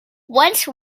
once